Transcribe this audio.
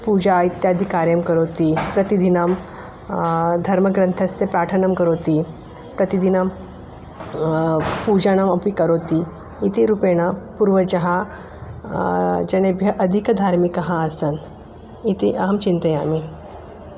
पूजा इत्यादिकार्यं करोति प्रतिदिनं धर्मग्रन्थस्य पाठनं करोति प्रतिदिनं पूजनमपि करोति इति रूपेण पूर्वजाः जनेभ्यः अधिकधार्मिकाः आसन् इति अहं चिन्तयामि